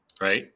Right